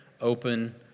open